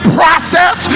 process